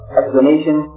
explanation